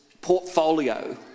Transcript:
portfolio